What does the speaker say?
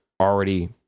already